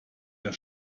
der